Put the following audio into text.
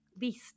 least